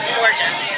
Gorgeous